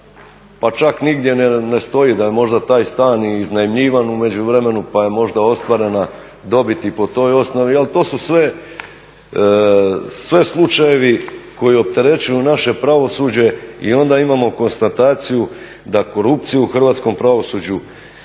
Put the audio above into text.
Pa čak nigdje ne stoji da je možda taj stan i iznajmljivan u međuvremenu pa je možda ostvarena dobit i po toj osnovi, ali to su sve slučajevi koji opterećuju naše pravosuđe i onda imamo konstataciju da korupcije u hrvatskom pravosuđu